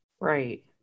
Right